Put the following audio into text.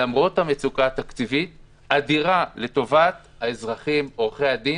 למרות המצוקה התקציבית פעלנו לטובת האזרחים ועורכי-הדין,